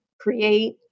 create